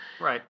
Right